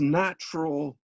natural